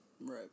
Right